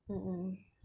a'ah